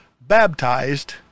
baptized